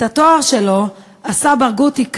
את התואר שלו עשה ברגותי כאן,